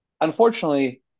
Unfortunately